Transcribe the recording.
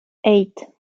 eight